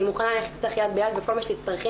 מוכנה ללכת איתך יד ביד וכל מה שתצטרכי,